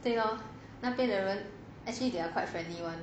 对咯那边的人 actually they are quite friendly [one]